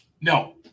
No